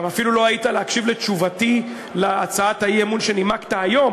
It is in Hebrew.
גם אפילו לא היית להקשיב לתשובתי על הצעת האי-אמון שנימקת היום.